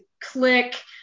click